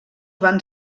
van